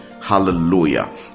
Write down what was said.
Hallelujah